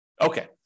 okay